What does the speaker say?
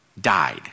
died